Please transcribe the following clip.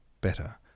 better